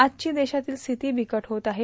आजची देशातील स्थिती बिकट होत आहे